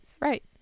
Right